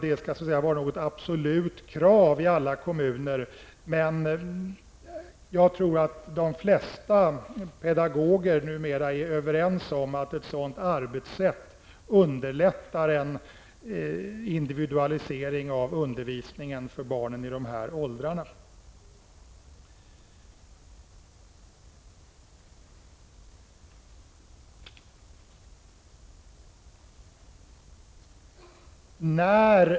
Det skall inte vara något absolut krav i alla kommuner, men jag tror att det flesta pedagoger numera är överens om att ett sådant arbetssätt underlättar en individualisering av undervisningen för barnen i de här åldrarna.